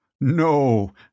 No